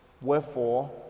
wherefore